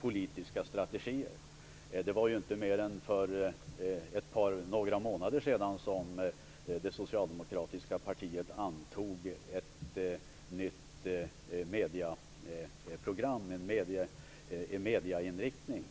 politiska strategier. För bara några månader sedan antog det socialdemokratiska partiet ett nytt medieprogram, en ny medieinriktning.